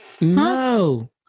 No